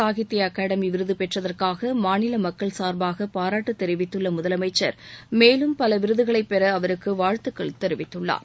சாகித்ய அ அகடமி விருது பெற்றதற்காக மாநில மக்கள் சார்பாக பாராட்டு தெரிவித்துள்ள முதலமைச்சர் மேலும் பல விருதுகளை பெற அவருக்கு வாழ்த்துக்கள் தெரிவித்துள்ளார்